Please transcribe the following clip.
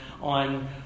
on